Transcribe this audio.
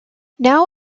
now